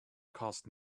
cost